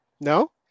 No